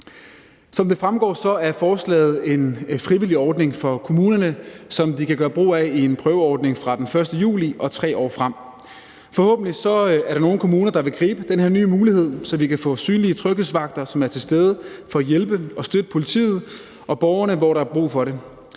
Som det fremgår, er forslaget en frivillig ordning for kommunerne, som de kan gøre brug af i en prøveordning fra den 1. juli og 3 år frem. Forhåbentlig er der nogle kommuner, der vil gribe den her nye mulighed, så vi kan få synlige tryghedsvagter, som er til stede for at hjælpe og støtte politiet og borgerne, hvor der er brug for det.